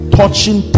touching